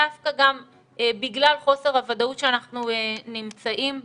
דווקא בגלל חוסר הוודאות שאנחנו נמצאים בו.